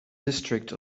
district